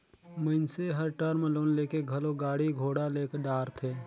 मइनसे हर term loan लेके घलो गाड़ी घोड़ा ले डारथे